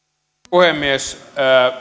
puhemies